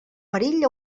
perill